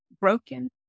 broken